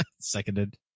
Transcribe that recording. Seconded